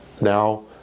now